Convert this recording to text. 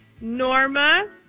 Norma